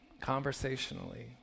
conversationally